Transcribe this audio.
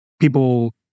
people